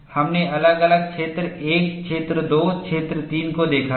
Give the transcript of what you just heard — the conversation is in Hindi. हमने अलग अलग क्षेत्र 1 क्षेत्र 2 क्षेत्र 3 को देखा है